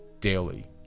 daily